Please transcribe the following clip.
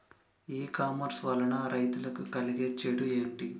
ఈ కామర్స్ వలన రైతులకి కలిగే చెడు ఎంటి?